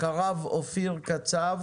וללכת לפי כל התקנים שקיימים ועדיין יכולים